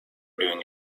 doing